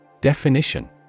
Definition